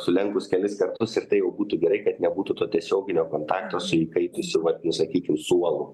sulenkus kelis kartus ir tai jau būtų gerai kad nebūtų to tiesioginio kontakto su įkaitusiu vat nu sakykim suolu